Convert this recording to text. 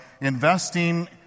investing